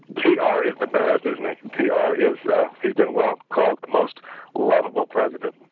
t r. is the best isn't it. t r. is he's been, well, called the most lovable presidents